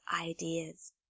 ideas